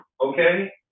Okay